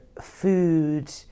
food